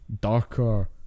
darker